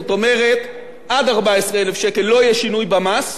זאת אומרת עד ארבע-עשרה אלף שקל לא יהיה שינוי במס,